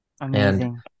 Amazing